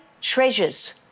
treasures